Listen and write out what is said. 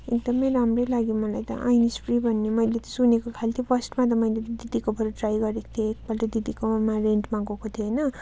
एकदम राम्रो लाग्यो मलाई त आइन्स फ्री भन्ने मैले त सुनेको खालि त्यो फर्स्टमा मैले त दिदीकोबाट ट्राई गरेको थिएँ एक पल्ट म दिदीकोमा म रेन्टमा गएको थिएँ होइन